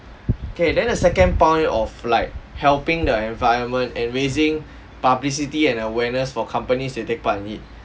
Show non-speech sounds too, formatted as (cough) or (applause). K then the second point of like helping the environment and raising (breath) publicity and awareness for companies to take part in it